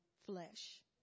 flesh